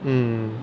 mm